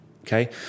okay